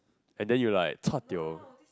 and then you like chua tio